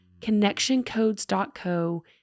connectioncodes.co